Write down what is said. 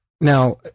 Now